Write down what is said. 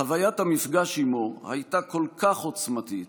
חוויית המפגש עימו הייתה כל כך עוצמתית,